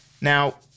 Now